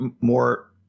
more